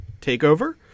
TakeOver